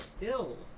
ill